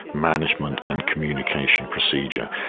management, and communication procedure.